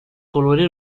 colore